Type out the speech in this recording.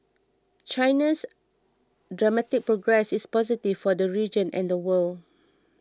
China's dramatic progress is positive for the region and the world